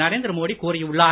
நரேந்திர மோடி கூறியுள்ளார்